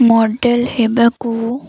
model ହେବାକୁ